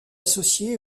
associé